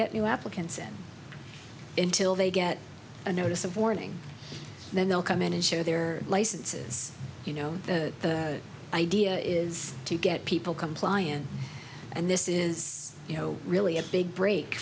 get new applicants it intil they get a notice of warning and then they'll come in and share their licenses you know the idea is to get people compliant and this is you know really a big break